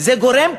זה גורם כאב,